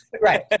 Right